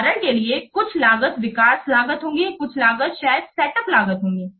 उदाहरण के लिए कुछ लागत विकास लागत होगी कुछ लागत शायद सेटअप लागत होगी